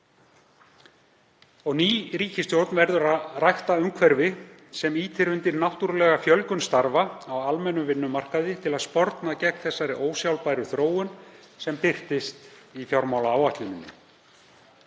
Ný ríkisstjórn verður að rækta umhverfi sem ýtir undir náttúrulega fjölgun starfa á almennum vinnumarkaði til að sporna gegn þeirri ósjálfbæru þróun sem birtist í fjármálaáætluninni.